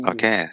Okay